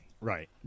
Right